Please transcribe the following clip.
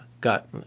got